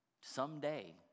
someday